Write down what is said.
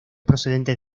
procedentes